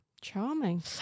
Charming